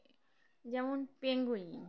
যেমন পেঙ্গুইন